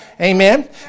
Amen